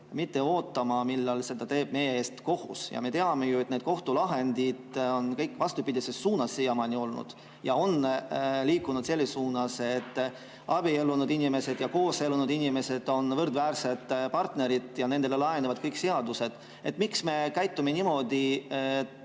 mitte ootama, millal seda teeb meie eest kohus? Me teame ju, et need kohtulahendid on siiamaani kõik vastupidises suunas olnud, need on liikunud selles suunas, et abiellunud inimesed ja koos elanud inimesed on võrdväärsed partnerid ja nendele laienevad kõik seadused. Miks me käitume niimoodi,